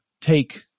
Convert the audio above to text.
take